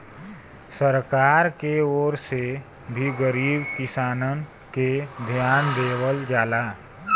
सरकार के ओर से भी गरीब किसानन के धियान देवल जाला